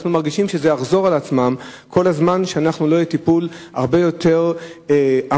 אנחנו מרגישים שזה יחזור על עצמו כל זמן שלא נראה טיפול הרבה יותר עמוק,